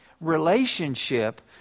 relationship